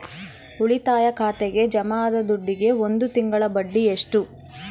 ಉಳಿತಾಯ ಖಾತೆಗೆ ಜಮಾ ಆದ ದುಡ್ಡಿಗೆ ಒಂದು ತಿಂಗಳ ಬಡ್ಡಿ ಎಷ್ಟು?